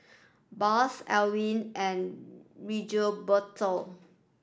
Boss Alwine and Rigoberto